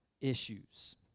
issues